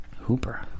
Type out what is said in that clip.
Hooper